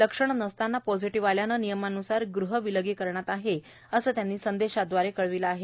लक्षणे नसताना पॉझिटिव्ह आल्याने नियमानुसार गृह विलगीकरणात आहे असे त्यांनी एका संदेशाद्वारे कळविले आहे